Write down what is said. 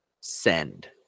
Send